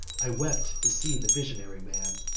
i wept to see the visionary man,